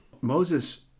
Moses